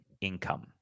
income